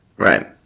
Right